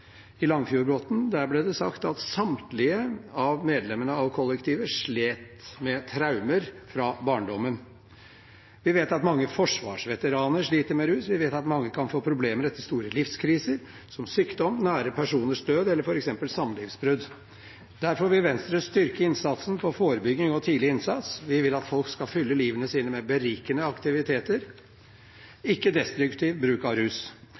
i Finnmarkskollektivet i Langfjordbotn. Der ble det sagt at samtlige av medlemmene i kollektivet slet med traumer fra barndommen. Vi vet at mange forsvarsveteraner sliter med rus, vi vet at mange kan få problemer etter store livskriser, som sykdom, nære personers død eller samlivsbrudd. Derfor vil Venstre styrke satsingen på forebygging og tidlig innsats. Vi vil at folk skal fylle livet sitt med berikende aktiviteter, ikke destruktiv bruk av rus.